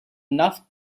enough